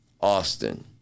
Austin